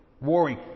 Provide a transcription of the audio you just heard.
warring